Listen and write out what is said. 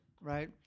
Right